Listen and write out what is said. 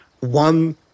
one